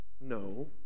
No